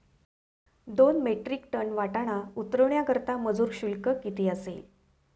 दोन metric ton वाटाणा उतरवण्याकरता मजूर शुल्क किती असेल?